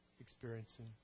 experiencing